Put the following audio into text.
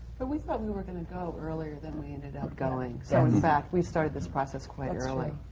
but we thought we we were going to go earlier than we ended up in going. so in fact, we started this process quite early.